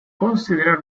considerar